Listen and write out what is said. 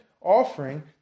offering